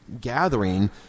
gathering